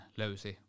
löysi